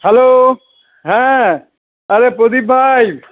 hello হ্যাঁ আরে প্রদীপ ভাই